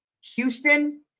Houston